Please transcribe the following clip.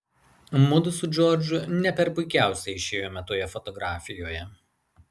mudu su džordžu ne per puikiausiai išėjome toje fotografijoje